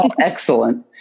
excellent